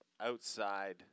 outside